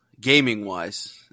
gaming-wise